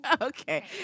okay